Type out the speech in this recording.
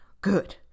good